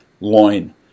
loin